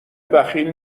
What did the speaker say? بخیل